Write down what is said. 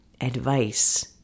advice